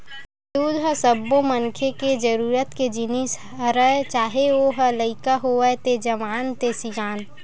दूद ह सब्बो मनखे के जरूरत के जिनिस हरय चाहे ओ ह लइका होवय ते जवान ते सियान